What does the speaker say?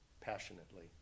passionately